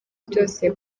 byose